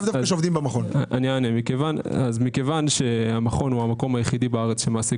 כיוון שהמכון הוא המקום היחיד בארץ שמעסיק